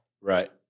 Right